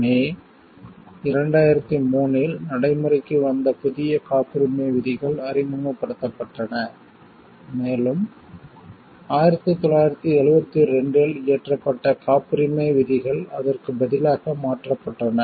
மே 2003 இல் நடைமுறைக்கு வந்த புதிய காப்புரிமை விதிகள் அறிமுகப்படுத்தப்பட்டன மேலும் 1972 இல் இயற்றப்பட்ட காப்புரிமை விதிகள் அதற்குப் பதிலாக மாற்றப்பட்டன